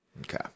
okay